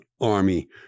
army